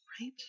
Right